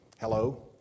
hello